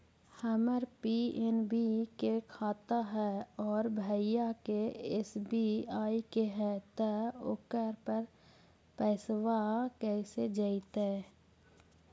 हमर पी.एन.बी के खाता है और भईवा के एस.बी.आई के है त ओकर पर पैसबा कैसे जइतै?